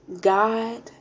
God